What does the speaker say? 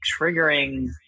triggering